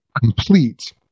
complete